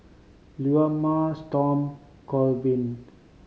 Leoma Storm Colvin